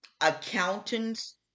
Accountants